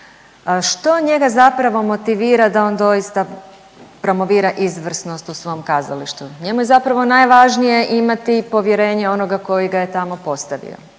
što njega zapravo motivira da on doista promovira izvrsnost u svom kazalištu. Njemu je zapravo najvažnije imati povjerenje onoga koji ga je tamo postavio